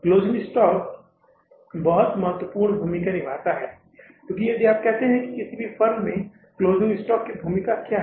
closing stock बहुत महत्वपूर्ण भूमिका निभाता है क्योंकि यदि आप कहते हैं कि किसी भी फर्म में क्लोजिंग स्टॉक की भूमिका क्या है